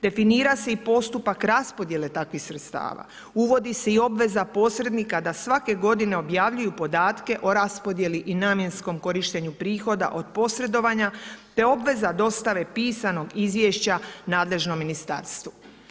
Definira se i postupak raspodjele takvih sredstava, uvodi se i obveza posrednika da svake godine objavljuju podatke o raspodjeli i namjenskom korištenju prihoda od posredovanja te obveza dostave pisanog izvješća nadležnom ministarstvu.